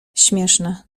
śmieszne